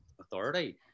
authority